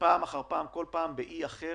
פעם אחר פעם באי אחר